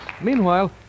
Meanwhile